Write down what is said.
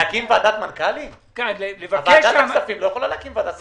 אבל הוא יכול לבקש שיוקם צוות בשיתוף עם חברי כנסת.